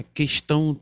questão